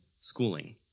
schooling